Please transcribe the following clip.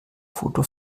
foto